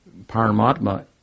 Paramatma